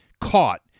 caught